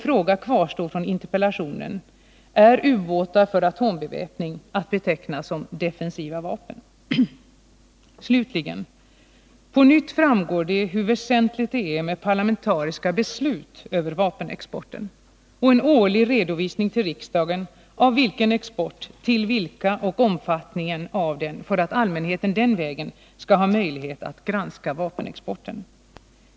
Frågan från min interpellation kvarstår: Är ubåtar för atombeväpning att beteckna som Slutligen: På nytt framgår det hur väsentligt det är med parlamentariska beslut om vapenexporten och en årlig redovisning till riksdagen av vilken export som skett, till vilka den skett och omfattningen av den, för att allmänheten den vägen skall ha möjlighet att granska vapenexporten.